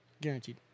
Guaranteed